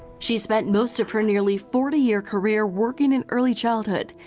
she spent most of for nearly forty year career working in early childhood,